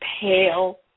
pale